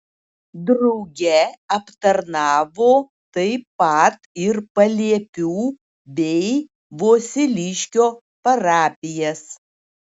drauge aptarnavo taip pat ir paliepių bei vosiliškio parapijas